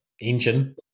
engine